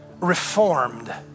reformed